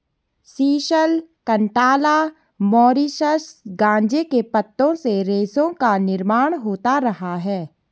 sisal, cantala, Mauritius गांजे के पत्तों से रेशों का निर्माण होता रहा है